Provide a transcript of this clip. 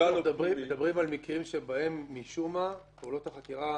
אתם מדברים על מקרים שבהם משום מה פעולות החקירה,